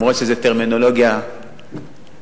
אף שזו טרמינולוגיה של לוחמים,